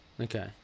Okay